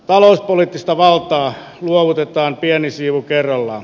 talouspoliittista valtaa luovutetaan pieni siivu kerrallaan